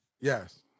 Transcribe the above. Yes